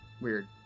weird